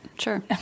Sure